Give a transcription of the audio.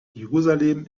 jerusalem